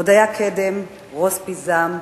הודיה קדם, רוז פיזם,